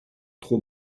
trop